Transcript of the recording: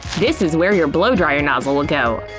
this is where your blowdryer nozzle will go.